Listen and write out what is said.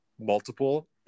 multiple